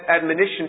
admonition